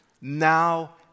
now